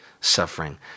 suffering